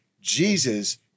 Jesus